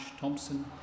Thompson